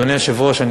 אדוני היושב-ראש,